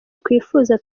twifuza